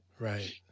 Right